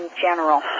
general